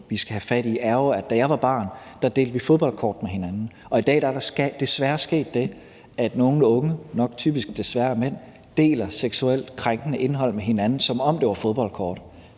vi skal have fat i, er jo det forhold, at da jeg var barn, delte vi fodboldkort med hinanden, og i dag er der desværre sket det, at nogle unge – desværre nok typisk mænd – deler seksuelt krænkende indhold med hinanden, som om det var fodboldkort: